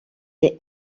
est